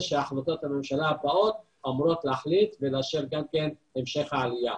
שהחלטות הממשלה הבאות אמורות להחליט ולאשר המשך העלייה.